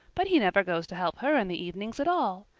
but he never goes to help her in the evenings at all.